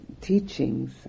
teachings